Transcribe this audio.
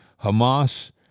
Hamas